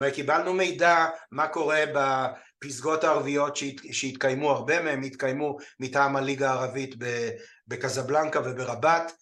וקיבלנו מידע מה קורה בפסגות הערביות שהתקיימו, הרבה מהן התקיימו מטעם הליגה הערבית בקזבלנקה וברבט.